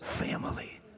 family